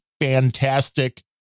fantastic